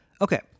Okay